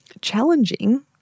challenging